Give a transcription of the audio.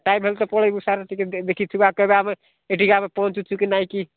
time ହେଲେ ତ ପଳାଇବୁ ସାରେ ଟିକେ ଦେ ଦେଖି ଥିବା କେବେ ଆମେ ଏଠିକାର ଆମେ ପହଞ୍ଚୁଛୁ କି ନାହିଁ କି